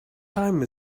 time